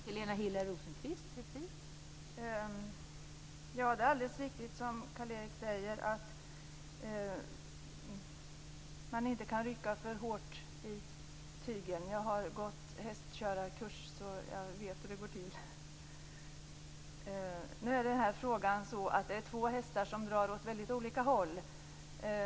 Fru talman! Det är alldeles riktigt som Carl-Erik säger att man inte kan rycka för hårt i tömmarna. Jag har gått kurs i hästkörning så jag vet hur det går till. I den här frågan är det två hästar som drar åt mycket olika håll.